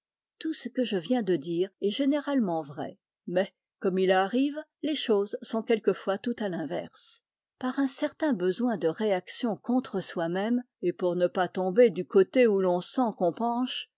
tout ce que je viens de dire est généralement vrai mais comme il arrive les choses sont quelquefois tout à l'inverse par un certain besoin de réaction contre soi-même et pour ne pas tomber du côté où l'on sent qu'on penche